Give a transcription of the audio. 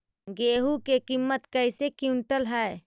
गेहू के किमत कैसे क्विंटल है?